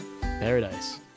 paradise